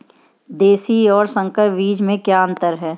देशी और संकर बीज में क्या अंतर है?